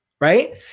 right